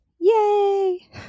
Yay